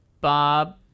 Bob